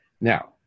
Now